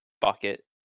bucket